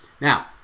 Now